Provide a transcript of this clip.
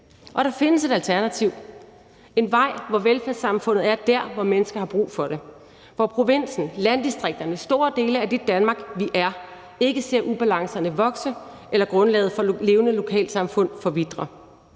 Der findes et alternativ, en vej, hvor velfærdssamfundet er dér, hvor mennesker har brug for det, hvor provinsen, landdistrikterne og store dele af det Danmark, vi er, ikke ser ubalancerne vokse eller grundlaget for levende lokalsamfund forvitre,